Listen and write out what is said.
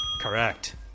Correct